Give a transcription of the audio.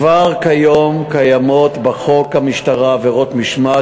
כבר כיום קיימות בחוק המשטרה עבירות משמעת